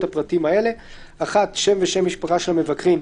הפרטים האלה: שם ושם משפחה של המבקרים,